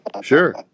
Sure